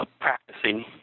Practicing